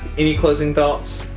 any closing thoughts?